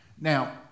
Now